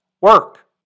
work